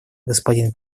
господин